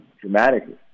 dramatically